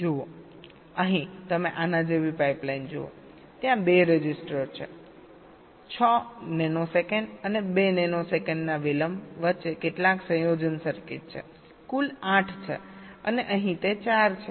જુઓ અહીં તમે આના જેવી પાઇપલાઇન જુઓ ત્યાં 2 રજિસ્ટર છે 6 નેનો સેકન્ડ અને 2 નેનો સેકન્ડના વિલંબ વચ્ચે કેટલાક સંયોજન સર્કિટ છે કુલ 8 છેઅને અહીં તે 4 છે